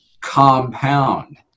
compound